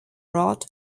rod